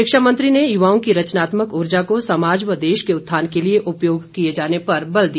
शिक्षा मंत्री ने युवाओं की रचनात्मक ऊर्जा को समाज व देश के उत्थान के लिए उपयोग किए जाने पर बल दिया